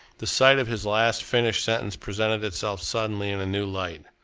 the sight of his last finished sentence presented itself suddenly in a new light.